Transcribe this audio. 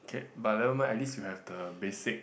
K but never mind at least you have the basic